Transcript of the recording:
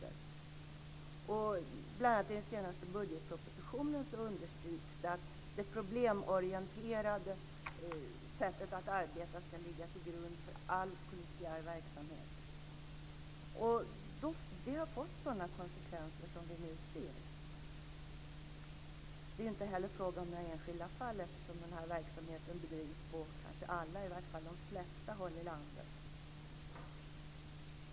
I bl.a. den senaste budgetpropositionen understryks att det problemorienterade arbetssättet ska ligga till grund för all polisiär verksamhet. Konsekvenserna av detta ser vi nu. Det är inte heller fråga om några enskilda fall, eftersom den här verksamheten bedrivs på om inte alla, så i alla fall de flesta håll i landet.